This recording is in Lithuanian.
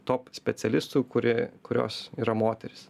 top specialistų kurie kurios yra moterys